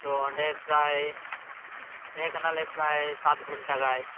ᱛᱚ ᱚᱸᱰᱮ ᱯᱨᱟᱭ ᱛᱟᱦᱮᱸ ᱠᱟᱱᱟᱞᱮ ᱯᱨᱟᱭ ᱥᱟᱛ ᱜᱷᱚᱱᱴᱟ ᱜᱟᱡ